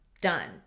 done